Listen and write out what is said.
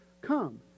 come